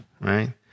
Right